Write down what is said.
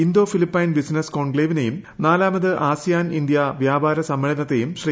Indo Philippine business കോൺക്ലേവിനെയും നാലാമത് ASEAN India വ്യാപാര സമ്മേളനത്തെയും ശ്രീ